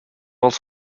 was